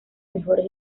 mejores